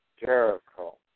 Jericho